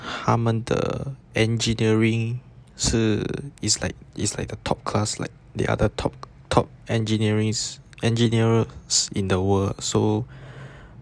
他们的 engineering 是 is like is like the top class like the other top top engineerings engineers in the world so